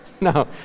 No